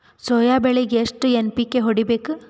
Soya ಬೆಳಿಗಿ ಎಷ್ಟು NPK ಹೊಡಿಬೇಕು?